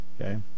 Okay